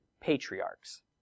patriarchs